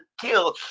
kill